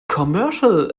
commercial